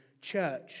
church